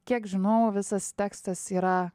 kiek žinau visas tekstas yra